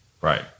Right